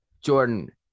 Jordan